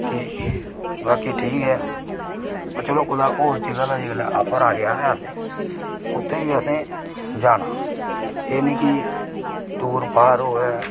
कि बाकी ठीक ऐ ते चलो कुतै होर जगह दे जेल्लै आफर आया गै असेंगी ते उत्थै बी असें जाना एह् नेईं कि दूर पार होऐ